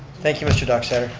thank you, mr. dockstader.